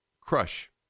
crush